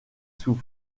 sous